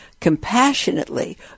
compassionately